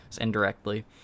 indirectly